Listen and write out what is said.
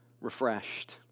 refreshed